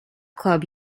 club